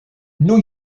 new